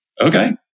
Okay